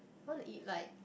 I want to eat like